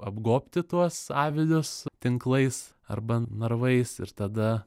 apgobti tuos avilius tinklais arba narvais ir tada